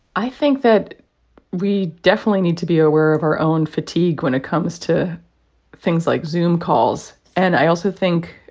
i think that we definitely need to be aware of our own fatigue when it comes to things like zoom calls. and i also think,